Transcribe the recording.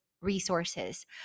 resources